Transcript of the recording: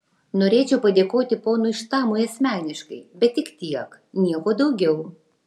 norėčiau padėkoti ponui štamui asmeniškai bet tik tiek nieko daugiau